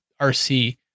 RC